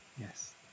Yes